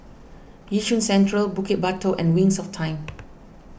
Yishun Central Bukit Batok and Wings of Time